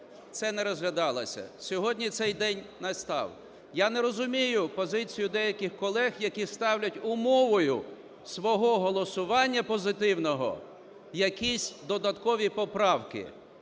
це не розглядалося, сьогодні цей день настав. Я не розумію позицію деяких колег, які ставлять умовою свого голосування позитивного якісь додаткові поправки.